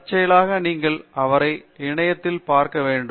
தற்செயலாக நீங்கள் அவரை இணையத்தில் பார்க்க வேண்டும்